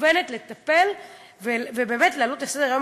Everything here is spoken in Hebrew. מתכוונות לטפל ובאמת להעלות לסדר-היום